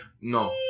no